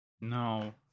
No